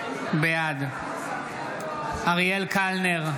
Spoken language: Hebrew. בעד אריאל קלנר,